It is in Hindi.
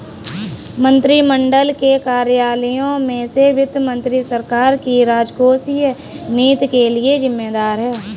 मंत्रिमंडल के कार्यालयों में से वित्त मंत्री सरकार की राजकोषीय नीति के लिए जिम्मेदार है